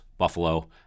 Buffalo